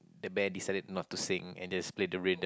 the band decided not to sing and just played the rhythm